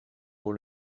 pour